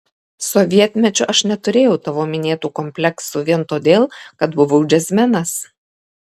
sovietmečiu aš neturėjau tavo minėtų kompleksų vien todėl kad buvau džiazmenas